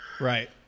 Right